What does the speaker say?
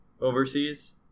overseas